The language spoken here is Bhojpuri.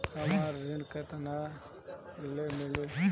हमरा ऋण केतना ले मिली?